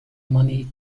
money